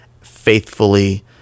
faithfully